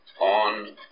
On